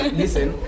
listen